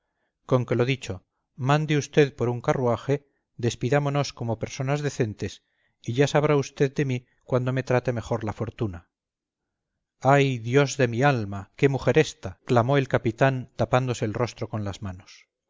honradas conque lo dicho mande usted por un carruaje despidámonos como personas decentes y ya sabrá usted de mí cuando me trate mejor la fortuna ay dios mío de mi alma qué mujer ésta clamó el capitán tapándose el rostro con las manos